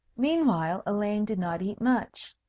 meanwhile, elaine did not eat much.